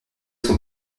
son